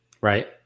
Right